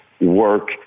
work